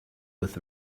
with